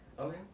Okay